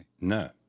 No